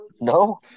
No